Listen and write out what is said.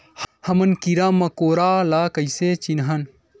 हमन कीरा मकोरा ला कइसे चिन्हन?